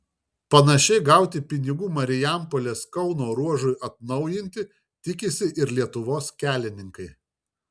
panašiai gauti pinigų marijampolės kauno ruožui atnaujinti tikisi ir lietuvos kelininkai